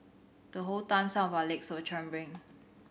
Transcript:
the whole time some of our legs were trembling